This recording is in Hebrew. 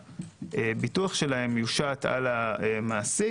שהביטוח שלהם יושת על המעסיק,